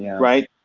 right.